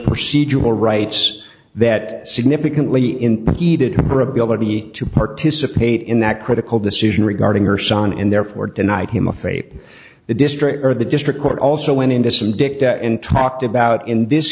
proceed your rights that significantly in heated her ability to participate in that critical decision regarding her son and therefore denied him a fate the district or the district court also went into some dicta and talked about in this